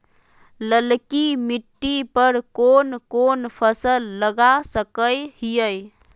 ललकी मिट्टी पर कोन कोन फसल लगा सकय हियय?